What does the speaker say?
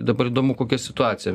dabar įdomu kokia situacija